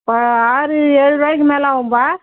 இப்போ ஆறு ஏழு ரூபாய்க்கு மேலே ஆகும்ப்பா